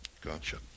Gotcha